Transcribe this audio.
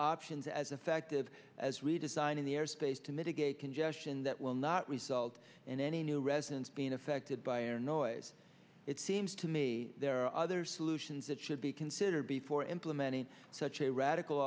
options as effective as redesigning the airspace to mitigate congestion that will not result in any new residents being affected by or noise it seems to me there are other solutions that should be considered before implementing such a radical